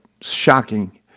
shocking